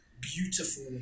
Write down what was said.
beautiful